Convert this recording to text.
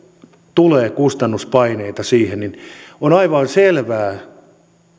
tulee kustannuspaineita siihen niin on aivan selvää